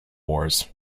wars